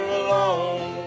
alone